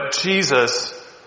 Jesus